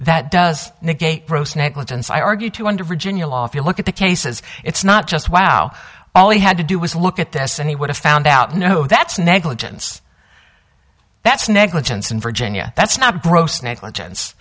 that does negate gross negligence i argued to under virginia law if you look at the cases it's not just wow all they had to do was look at this and he would have found out no that's negligence that's negligence in virginia that's not bro snake legen